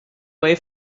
way